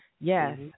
Yes